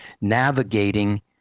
navigating